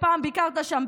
שפעם ביקרת שם,